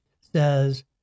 says